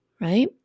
right